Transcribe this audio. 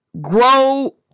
grow